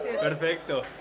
Perfecto